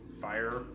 fire